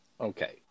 Okay